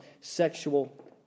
sexual